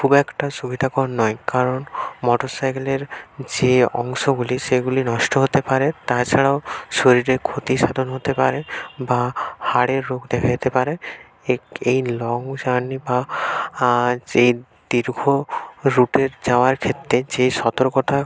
খুব একটা সুবিধাকর নয় কারণ মোটর সাইকেলের যে অংশগুলি সেগুলি নষ্ট হতে পারে তাছাড়াও শরীরের ক্ষতিসাধন হতে পারে বা হাড়ের রোগ দেখা যেতে পারে এই লং জার্নি বা যে দীর্ঘ রুটে যাওয়ার ক্ষেত্রে যে সতর্কতা